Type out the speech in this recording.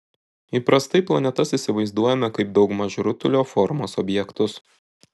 įprastai planetas įsivaizduojame kaip daugmaž rutulio formos objektus